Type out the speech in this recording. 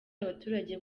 abaturage